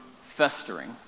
festering